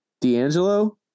d'angelo